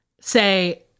say